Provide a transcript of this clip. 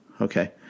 Okay